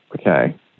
Okay